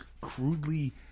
crudely